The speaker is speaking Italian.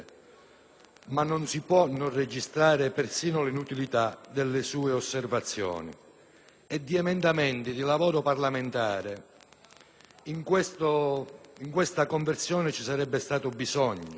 ma non si può non registrare persino l'inutilità delle sue osservazioni. Di emendamenti e di lavoro parlamentare, in questa conversione, ci sarebbe stato bisogno.